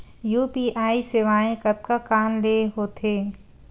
UPI सेवाएं कतका कान ले हो थे?